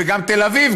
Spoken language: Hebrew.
וגם תל אביב,